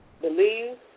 Believe